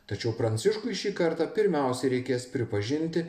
tačiau pranciškui šį kartą pirmiausia reikės pripažinti